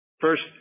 First